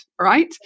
Right